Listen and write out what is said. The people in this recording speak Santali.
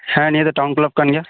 ᱦᱮᱸ ᱱᱤᱭᱟᱹ ᱫᱚ ᱴᱟᱣᱩᱱ ᱠᱞᱟᱵᱽ ᱠᱟᱱ ᱜᱮᱭᱟ